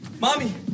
mommy